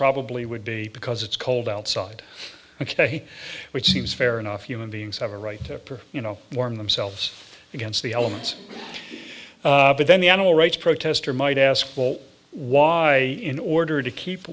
probably would be because it's cold outside ok which seems fair enough human beings have a right to you know warm themselves against the elements but then the animal rights protester might ask why in order to keep